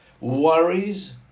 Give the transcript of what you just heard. worries